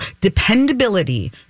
dependability